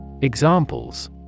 Examples